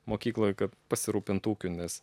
mokykloje kad pasirūpinti ūkiu nes